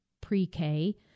pre-K